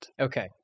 Okay